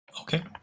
Okay